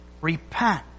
repent